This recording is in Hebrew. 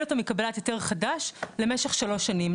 אותו מקבלת היתר חדש למשך שלוש שנים.